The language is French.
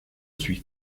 suis